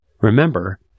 Remember